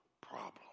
problem